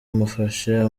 amufasha